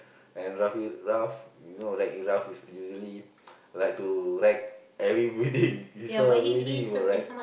and Ralph it Ralph you know Wreck-It-Ralph is usually like to wreck every building he saw a building he will wreck